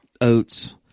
oats